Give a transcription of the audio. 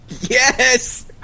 Yes